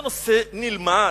זה נושא נלמד.